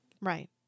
Right